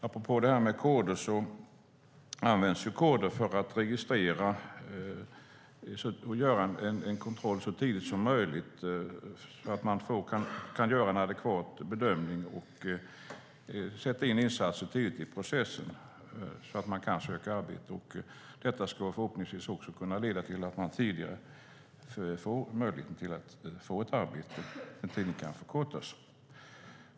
Apropå det här med koder används koder för att registrera och göra en kontroll så tidigt som möjligt för att man ska kunna göra en adekvat bedömning och sätta in insatser tidigt i processen för den arbetssökande. Detta ska förhoppningsvis leda till att man tidigare får ett arbete och att söktiden kan förkortas.